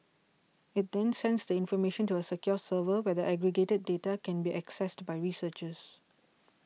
it then sends the information to a secure server where the aggregated data can be accessed by researchers